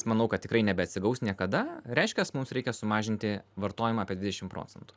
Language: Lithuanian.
manau kad tikrai nebeatsigaus niekada reiškias mums reikia sumažinti vartojimą apie dvidešim procentų